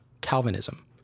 Calvinism